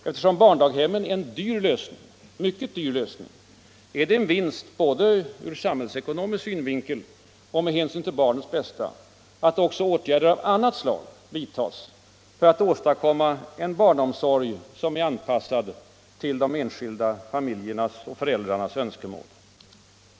Eftersom barndaghemmen är en mycket dyr lösning, är det en vinst både ur samhällsekonomisk synvinkel och med hänsyn till barnens bästa att också åtgärder av annat slag vidtages för att åstadkomma en till de enskilda önskemålen anpassad barnomsorg.